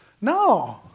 no